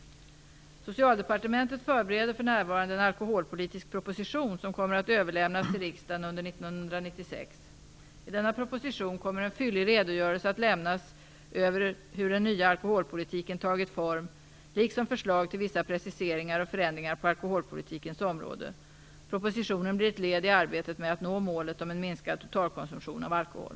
Socialdepartementet förbereder för närvarande en alkoholpolitisk proposition som kommer att överlämnas till riksdagen under 1996. I denna proposition kommer en fyllig redogörelse att lämnas över hur den nya alkoholpolitiken tagit form liksom förslag till vissa preciseringar och förändringar på alkoholpolitikens område. Propositionen blir ett led i arbetet med att nå målet om en minskad totalkonsumtion av alkohol.